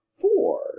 four